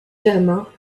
germain